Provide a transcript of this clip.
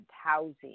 housing